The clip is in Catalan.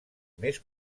més